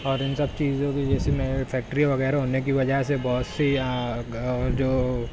اور ان سب چیزوں کی جیسے مین فیکٹری وغیرہ ہونے کی وجہ سے بہت سے یہاں جو